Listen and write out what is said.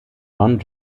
john